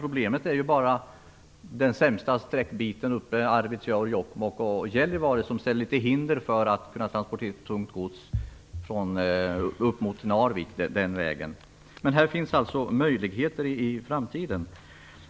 Problemet är bara att den sämsta sträckbiten Arvidsjaur Jokkmokk-Gällivare utgör ett hinder för att kunna transportera tungt gods upp mot Narvik. Men det finns alltså möjligheter i framtiden.